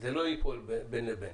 זה לא ייפול בין לבין.